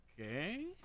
Okay